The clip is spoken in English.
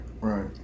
right